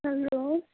hello